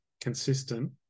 consistent